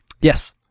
Yes